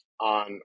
on